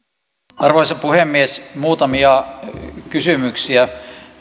arvoisa puhemies muutamia kysymyksiä